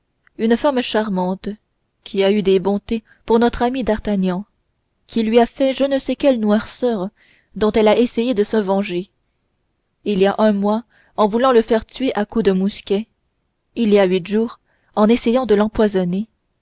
une femme charmante qui a eu des bontés pour notre ami d'artagnan qui lui a fait je ne sais quelle noirceur dont elle a essayé de se venger il y a un mois en voulant le faire tuer à coups de mousquet il y a huit jours en essayant de l'empoisonner